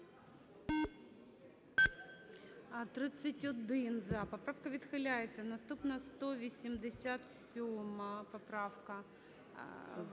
За-31 Поправка відхиляється. Наступна 187 поправка,